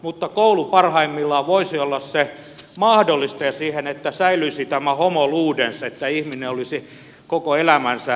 mutta koulu parhaimmillaan voisi olla se mahdollistaja siihen että säilyisi tämä homo ludens että ihminen olisi koko elämänsä liikkuva